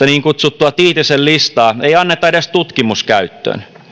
niin kutsuttua tiitisen listaa ei anneta edes tutkimuskäyttöön